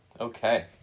Okay